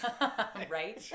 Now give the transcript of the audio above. right